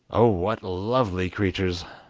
oh, what lovely creatures!